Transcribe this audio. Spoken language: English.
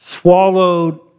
swallowed